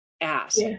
ask